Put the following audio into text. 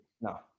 No